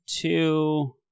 two